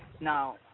now